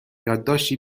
یادداشتی